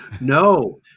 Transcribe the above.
no